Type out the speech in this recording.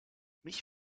mich